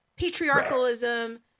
patriarchalism